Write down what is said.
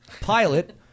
pilot